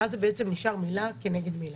ואז זה בעצם נשאר מילה כנגד מילה.